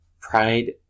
pride